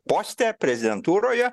poste prezidentūroje